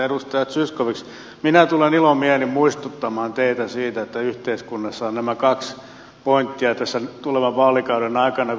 edustaja zyskowicz minä tulen ilomielin muistuttamaan teitä siitä että yhteiskunnassa on nämä kaksi pointtia tässä tulevan vaalikauden aikana